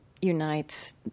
unites